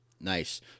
Nice